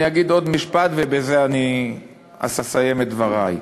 ואני אגיד עוד משפט ובזה אני אסיים את דברי: